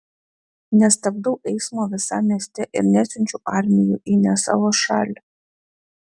nestabdau eismo visam mieste ir nesiunčiu armijų į ne savo šalį